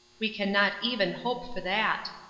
we can not even hope for that.